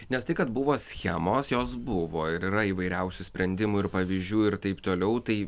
nes tai kad buvo schemos jos buvo ir yra įvairiausių sprendimų ir pavyzdžių ir taip toliau tai